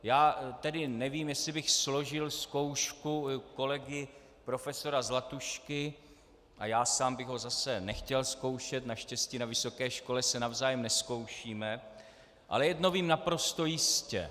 Já tedy nevím, jestli bych složil zkoušku u kolegy profesora Zlatušky, a já sám bych ho zase nechtěl zkoušet, naštěstí na vysoké škole se navzájem nezkoušíme, ale jedno vím naprosto jistě.